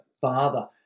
Father